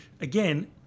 again